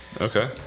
Okay